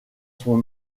son